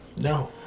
No